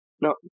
no